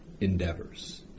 endeavors